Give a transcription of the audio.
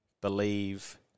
believe